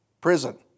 Prison